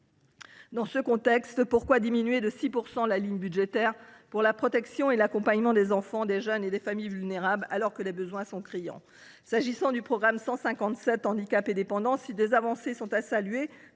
Dans ce contexte, pourquoi diminuer de 6 % la ligne budgétaire pour la protection et l’accompagnement des enfants, des jeunes et des familles vulnérables, alors que les besoins sont criants ? S’agissant du programme 157 « Handicap et dépendance », si des avancées sont à saluer,